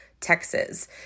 Texas